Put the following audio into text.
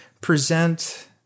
present